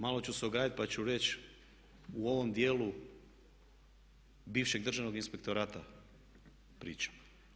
Malo ću se ogradit pa ću reći u ovom dijelu bivšeg državnog inspektorata pričam.